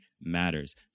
matters